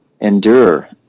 endure